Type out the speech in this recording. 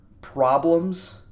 problems